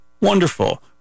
Wonderful